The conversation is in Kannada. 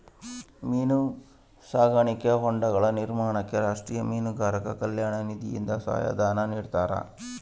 ಮೀನು ಸಾಕಾಣಿಕಾ ಹೊಂಡಗಳ ನಿರ್ಮಾಣಕ್ಕೆ ರಾಷ್ಟೀಯ ಮೀನುಗಾರರ ಕಲ್ಯಾಣ ನಿಧಿಯಿಂದ ಸಹಾಯ ಧನ ನಿಡ್ತಾರಾ?